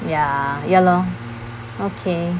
ya ya lor okay